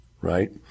right